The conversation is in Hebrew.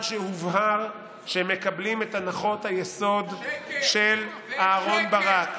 שהובהר שהם מקבלים את הנחות היסוד של אהרן ברק,